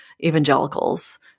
evangelicals